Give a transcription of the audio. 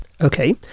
Okay